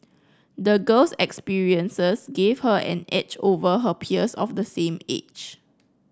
the girl's experiences gave her an edge over her peers of the same age